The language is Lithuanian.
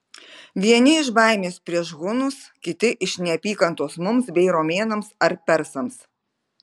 vieni iš baimės prieš hunus kiti iš neapykantos mums bei romėnams ar persams